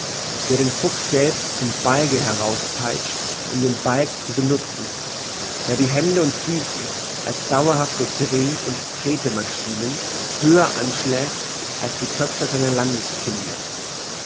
der den fuchs selbst zum balge herauspeitscht um den balg zu benutzen der die hände und füße als dauerhafte dreh und tretemaschienen höher anschlägt als die köpfe seiner landeskinder